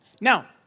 Now